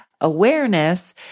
awareness